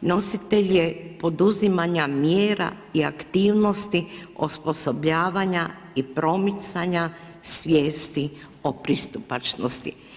nositelj je poduzimanja mjera i aktivnosti osposobljavanja i promicanja svijesti o pristupačnosti.